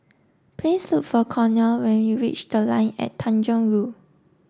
please look for conner when you reach The Line and Tanjong Rhu